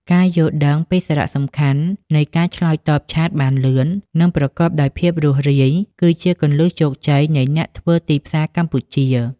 ការយល់ដឹងពីសារៈសំខាន់នៃការឆ្លើយតបឆាតបានលឿន និងប្រកបដោយភាពរស់រាយ គឺជាគន្លឹះជោគជ័យនៃអ្នកធ្វើទីផ្សារកម្ពុជា។